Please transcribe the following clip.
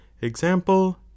Example